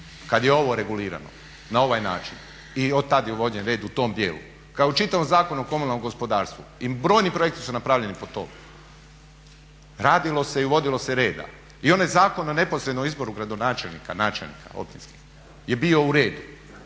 kad je ovo regulirano na ovaj način i od tad je uvođen red u tom djelu kao i u čitavom Zakonu o komunalnom gospodarstvu. I brojni projekti su napravljeni pod to, radilo se i uvodilo se reda. I onaj Zakon o neposrednom izboru gradonačelnika, načelnika je